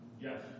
Yes